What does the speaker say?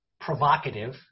provocative